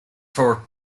for